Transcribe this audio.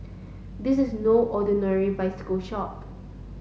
this is no ordinary bicycle shop